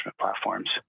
platforms